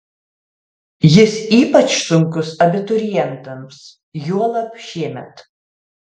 jis ypač sunkus abiturientams juolab šiemet